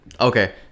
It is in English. Okay